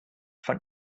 von